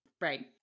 Right